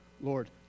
Lord